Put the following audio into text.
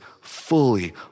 fully